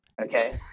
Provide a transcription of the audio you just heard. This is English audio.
Okay